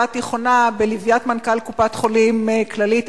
התיכונה בלוויית מנכ"ל קופת-חולים כללית,